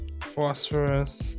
phosphorus